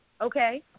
okay